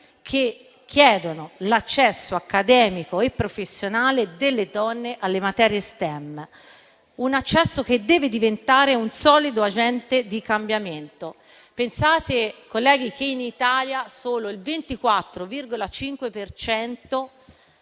che chiedono l'accesso accademico e professionale delle donne alle materie STEM; un accesso che deve diventare un solido agente di cambiamento. Pensate, colleghi, che in Italia solo il 24,5